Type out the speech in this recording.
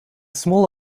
small